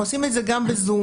אנחנו עושים את זה גם בזום.